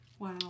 Wow